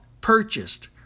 purchased